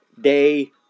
day